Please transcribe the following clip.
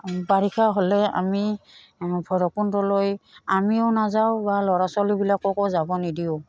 বাৰিষা হ'লে আমি ভৈৰৱকুণ্ডলৈ আমিও নাযাওঁ বা ল'ৰা ছোৱালীবিলাককো যাব নিদিওঁ